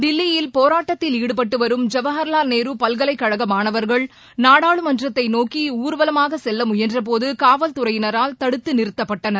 தில்லியில் போராட்டத்தில் ஈடுபட்டு வரும் ஜவஹர்லால் நேரு பல்கலைக் கழக மாணவர்கள் நாடாளுமன்றத்தை நோக்கி ஊர்வலமாக செல்ல முயன்றபோது காவல்துறையினரால் தடுத்து நிறுத்தப்பட்டனர்